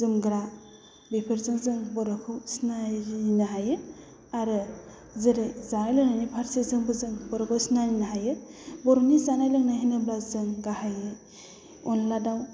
जोमग्रा बेफोरजों जों बर'खौ सिनायनो हायो आरो जेरै जानाय लोंनायनि फारसे जोंबो जों बर'खौ सिनायनो हायो बर'नि जानाय लोंनाय होनोब्ला जों गाहायै अनद्ला दाउ